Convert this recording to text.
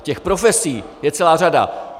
Těch profesí je celá řada.